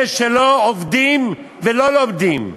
אלה שלא עובדים ולא לומדים?